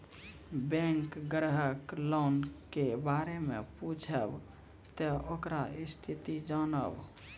Bank ग्राहक loan के बारे मैं पुछेब ते ओकर स्थिति जॉनब?